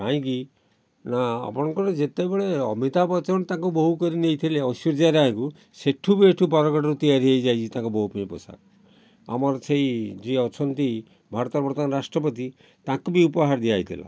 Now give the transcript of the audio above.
କାହିଁକି ନା ଆପଣଙ୍କର ଯେତେବେଳେ ଅମିତାଭ ବଚନ ତାଙ୍କ ବହୁ କରିକି ନେଇଥିଲେ ଐଶ୍ୱର୍ଯ୍ୟା ରାୟଙ୍କୁ ସେଇଠୁ ଏଇଠୁ ବରଗଡ଼ରୁ ତିଆରି ହେଇକି ଯାଇଛି ତାଙ୍କ ବୋହୂ ପାଇଁ ପୋଷକ ଆମର ସେହି ଯିଏ ଅଛନ୍ତି ଭାରତର ବର୍ତ୍ତମାନ ରାଷ୍ଟ୍ରପତି ତାଙ୍କୁ ବି ଉପହାର ଦିଆ ହେଇଥିଲା